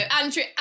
Andrew